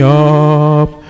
up